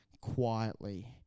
quietly